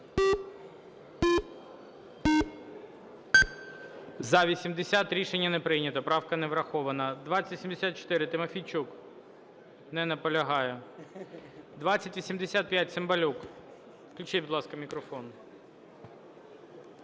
За-80 Рішення не прийнято. Правка не врахована. 2084, Тимофійчук. Не наполягає. 2085, Цимбалюк. Включіть, будь ласка, мікрофон.